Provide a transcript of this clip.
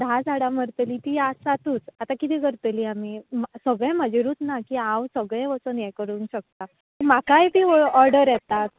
धा झाडां मरतलीं तीं आसातूच आतां कितें करतलीं आमी मा सगळें म्हजेरूच ना की हांव सगळें वचून हें करूंक शकता म्हाकाय ती वो ऑडर येता